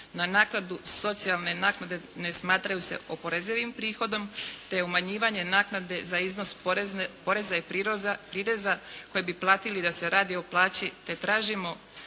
na naknadu, socijalne naknade ne smatraju se oporezivim prihodom te umanjivanje naknade za iznos poreza i prireza koje bi platili da se radi o plaći, te tražimo